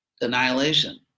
annihilation